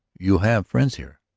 you have friends here?